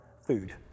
food